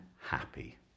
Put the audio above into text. happy